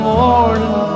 morning